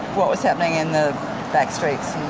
what was happening in the back streets